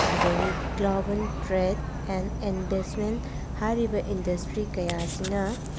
ꯑꯗꯒꯤ global trade and ꯑꯦꯟꯕꯦꯁꯃꯦꯟ ꯍꯥꯏꯔꯤꯕ ꯏꯟꯗꯁꯇ꯭ꯔꯤ ꯀꯌꯥ ꯑꯁꯤꯅ